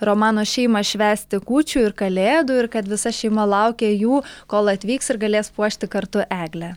romano šeimą švęsti kūčių ir kalėdų ir kad visa šeima laukia jų kol atvyks ir galės puošti kartu eglę